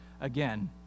again